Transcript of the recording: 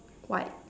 white